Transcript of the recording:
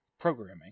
programming